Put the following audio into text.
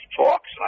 talks